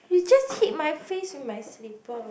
you just hit my face with my slipper